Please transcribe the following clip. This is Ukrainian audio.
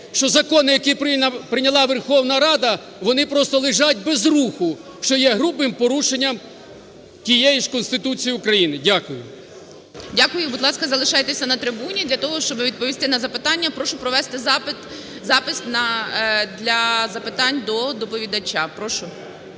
що закони, які прийняла Верховна Рада, вони просто лежать без руху, що є грубим порушенням тієї ж Конституції України. Дякую. ГОЛОВУЮЧИЙ. Дякую. Будь ласка, залишайтеся на трибуні для того, щоб відповісти на запитання. Прошу провести запис для запитань до доповідача. Прошу.